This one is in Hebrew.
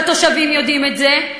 והתושבים יודעים את זה.